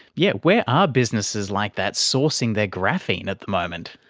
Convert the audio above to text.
yes, where are businesses like that sourcing their graphene at the moment?